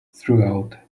throughout